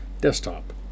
Desktop